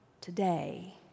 today